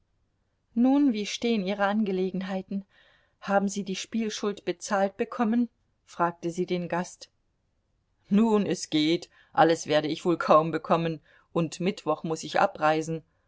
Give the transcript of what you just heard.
nun wie stehen ihre angelegenheiten haben sie die spielschuld bezahlt bekommen fragte sie den gast nun es geht alles werde ich wohl kaum bekommen und mittwoch muß ich abreisen